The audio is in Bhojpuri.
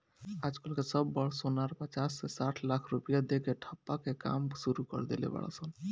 आज कल के सब बड़ सोनार पचास से साठ लाख रुपया दे के ठप्पा के काम सुरू कर देले बाड़ सन